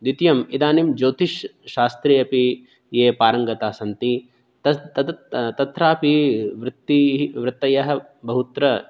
द्वितीयम् इदानीं ज्योतिश्शास्त्रे अपि ये पारङ्गताः सन्ति तत्रापि वृत्तिः वृत्तयः बहुत्र